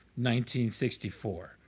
1964